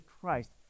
Christ